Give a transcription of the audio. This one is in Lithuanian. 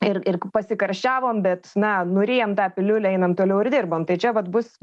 ir ir pasikarščiavom bet na nuryjam tą piliulę einam toliau ir dirbam tai čia vat bus